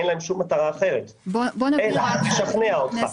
אין להם מטרה אחרת אלא לבוא ולשכנע אותך.